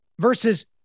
versus